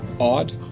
odd